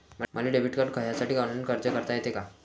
मले debit card घ्यासाठी online अर्ज करता येते का?